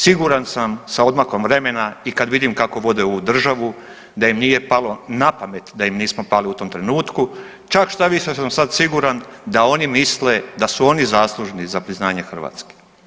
Siguran sam sa odmakom vremena i kad vidim kako vode ovu državu da im nije palo na pamet da im nismo pali u tom trenutku, čak štaviše sam sad siguran da oni misle da su oni zaslužni za priznanje Hrvatske.